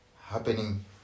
happening